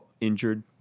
injured